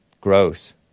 Gross